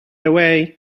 away